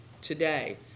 today